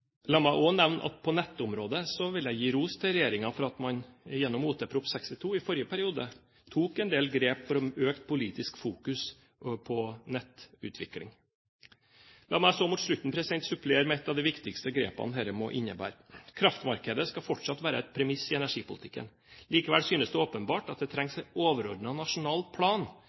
at man gjennom Ot.prp. nr. 62 for 2008–2009, i forrige periode, tok en del grep for å få økt politisk fokus på nettutvikling. La meg så mot slutten supplere med et av de viktigste grepene som dette må innebære: Kraftmarkedet skal fortsatt være et premiss i energipolitikken. Det synes likevel åpenbart at det trengs en overordnet nasjonal plan,